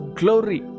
glory